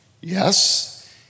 Yes